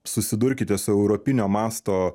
susidurkite su europinio masto